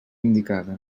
indicada